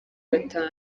batanu